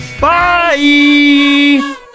bye